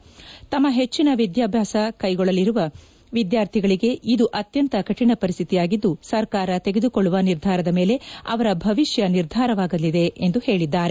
ಹೊರ ದೇಶಗಳಲ್ಲಿ ತಮ್ಮ ಹೆಚ್ಚಿನ ವಿದ್ಯಾಭ್ಯಾಸ ಕೈಗೊಳ್ಳಲಿರುವ ವಿದ್ಯಾರ್ಥಿಗಳಿಗೆ ಇದು ಅತ್ಯಂತ ಕಠಿಣ ಪರಿಸ್ಥಿತಿ ಇದ್ದು ಸರ್ಕಾರ ತೆಗೆದುಕೊಳ್ಳುವ ನಿರ್ಧಾರದ ಮೇಲೆ ಅವರ ಭವಿಷ್ಯ ನಿರ್ಧಾರವಾಗಲಿದೆ ಎಂದು ಹೇಳಿದರು